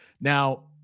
Now